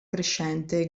crescente